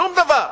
שום דבר.